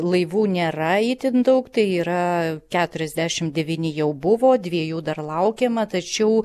laivų nėra itin daug tai yra keturiasdešim devyni jau buvo dviejų dar laukiama tačiau